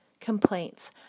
complaints